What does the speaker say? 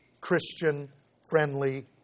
Christian-friendly